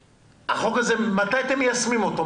מתי תיישמו אותו?